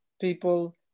people